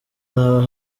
nawe